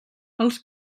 els